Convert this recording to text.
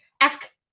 ask